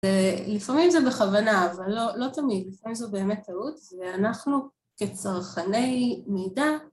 לפעמים זה בכוונה, אבל לא, לא תמיד, לפעמים זה באמת טעות, ואנחנו כצרכני מידע